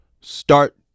start